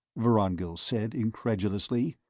vorongil said incredulously.